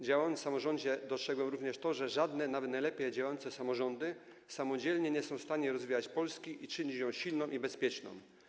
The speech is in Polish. Działając w samorządzie, dostrzegłem również to, że żadne, nawet najlepiej działające samorządy, samodzielnie nie są w stanie rozwijać Polski i czynić jej silną i bezpieczną.